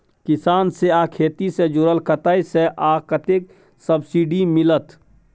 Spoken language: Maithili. किसान से आ खेती से जुरल कतय से आ कतेक सबसिडी मिलत?